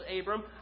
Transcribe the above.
Abram